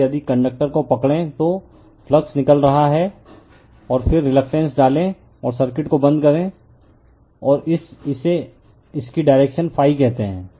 इसलिए यदि कंडक्टर को पकड़ें तो फ्लक्स निकल रहा है और फिर रीलकटेन्स डालें और सर्किट को बंद कर दें और इसे की डायरेक्शन कहते हैं